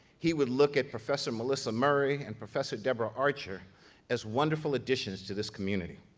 he would look at professor melissa murray and professor deborah archer as wonderful additions to this community.